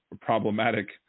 problematic